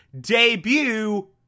debut